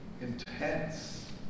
intense